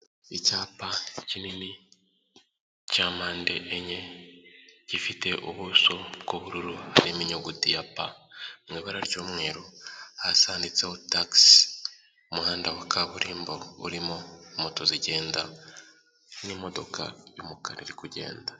Icyapa kinini cya mpande enye gifite ubuso bw'ubururu n'iminyuguti ya pa mu ibara ry'umweru hasi handitseho tagisi. Umuhanda wa kaburimbo urimo moto zigenda n'imodoka y'umukara iri kugenda.